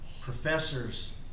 professors